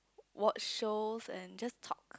watch shows and just talk